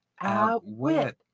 Outwit